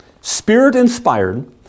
Spirit-inspired